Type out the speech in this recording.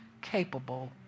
capable